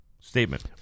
statement